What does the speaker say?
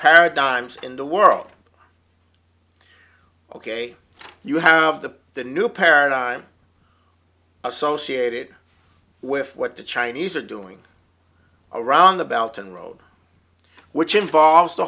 paradigms in the world ok you have the the new paradigm associated with what the chinese are doing around the belt and road which involves the